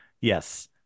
yes